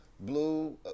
Blue